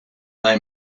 they